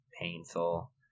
painful